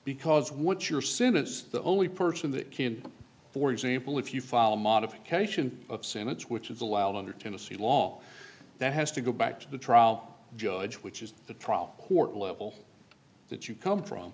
because what you're seeing is the only person that can for example if you file modification of senates which is allowed under tennessee law that has to go back to the trial judge which is the trial court level that you come from